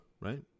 right